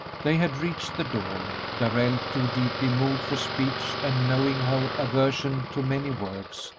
they had reached the door darrell, too deeply moved for speech and knowing her aversion to many words,